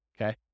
okay